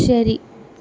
ശരി